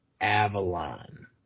Avalon